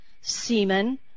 semen